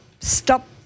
Stop